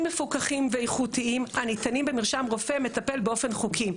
מפוקחים ואיכותיים הניתנים במרשם רופא מטפל באופן חוקי.